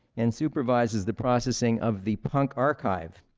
and supervises the processing of the punk archive.